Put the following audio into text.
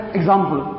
example